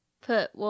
Put